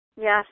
Yes